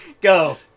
Go